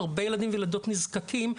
הרבה ילדים וילדות נזקקים,